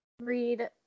read